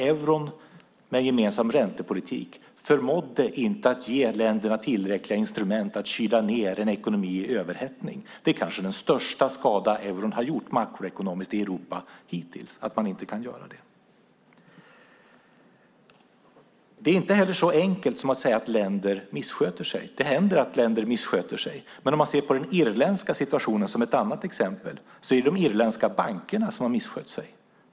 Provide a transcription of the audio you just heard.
Euron, med gemensam räntepolitik, förmådde inte ge länderna tillräckliga instrument för att kyla ned en ekonomi i överhettning. Att man inte kan göra det kanske är den största skada euron har gjort makroekonomiskt i Europa hittills. Det är inte heller så enkelt som att säga att länder missköter sig. Det händer att länder missköter sig, men vi kan se på den irländska situationen som ett annat exempel. Det är de irländska bankerna som har misskött sig.